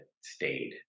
stayed